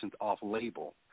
off-label